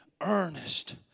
earnest